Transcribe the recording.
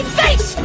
face